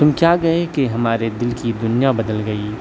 تم کیا گئی کہ ہمارے دل کی دنیا بدل گئی